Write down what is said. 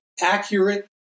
accurate